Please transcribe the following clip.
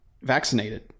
vaccinated